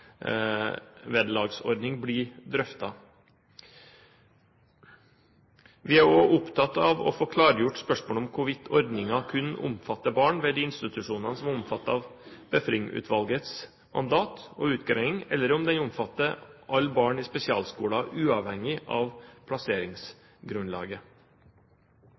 rettferdsvederlagsordning blir drøftet. Vi er også opptatt av å få klargjort spørsmålet om hvorvidt ordningen kun omfatter barn ved de institusjonene som omfattes av Befring-utvalgets mandat og utgreiing, eller om den omfatter alle barn i spesialskoler, uavhengig av plasseringsgrunnlaget.